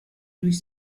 durch